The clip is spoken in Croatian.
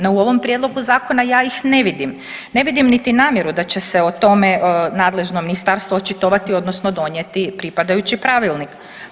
No u ovom prijedlogu zakona ja ih ne vidim, ne vidim niti namjeru da će se o tome nadležno ministarstvo očitovati odnosno donijeti pripadajući pravilnik.